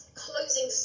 closing